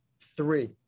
Three